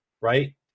right